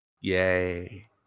Yay